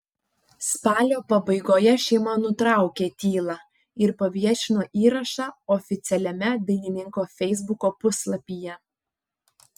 spalio pabaigoje šeima nutraukė tylą ir paviešino įrašą oficialiame dainininko feisbuko puslapyje